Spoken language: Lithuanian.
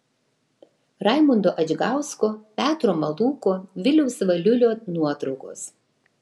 raimundo adžgausko petro malūko viliaus valiulio nuotraukos